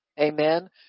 Amen